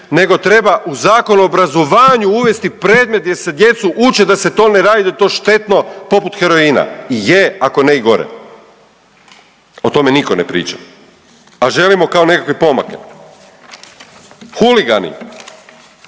nego treba u Zakon o obrazovanju uvesti predmet gdje se djecu uče da se to ne radi, da je to štetno poput heroina. I je ako ne i gore. O tome nitko ne priča, a želimo kao nekakve pomake. Huligani,